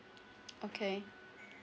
okay